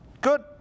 good